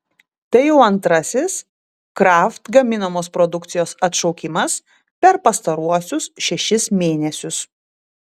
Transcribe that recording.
tai jau antrasis kraft gaminamos produkcijos atšaukimas per pastaruosius šešis mėnesius